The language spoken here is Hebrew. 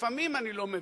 ולפעמים אני לא מבין.